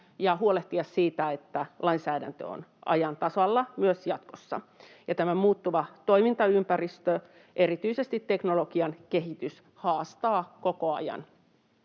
ja huolehtia siitä, että lainsäädäntö on ajan tasalla myös jatkossa. Muuttuva toimintaympäristö, erityisesti teknologian kehitys, haastaa koko ajan